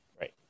Right